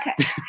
Okay